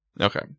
Okay